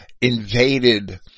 invaded